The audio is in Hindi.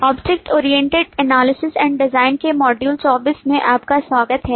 object oriented analysis and design के मॉड्यूल 24 में आपका स्वागत है